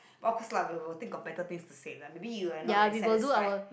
but of course lah we will think of better things to say like maybe you are not very satisfied